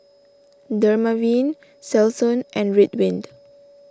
Dermaveen Selsun and Ridwind